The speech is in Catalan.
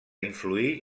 influí